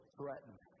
threatened